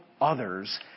others